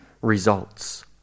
results